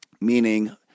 Meaning